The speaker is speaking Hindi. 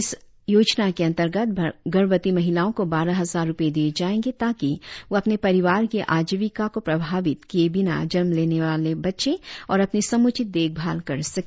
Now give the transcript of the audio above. इस योजना के अंतर्गत गर्भवती महिलाओं को बारह हजार रुपये दिए जाएंगे ताकि वह अपने परिवार की आजीविका को प्रभावित किए बिना जन्म लेने वाले बच्चे और अपनी समुचित देखभाल कर सके